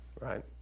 Right